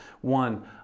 One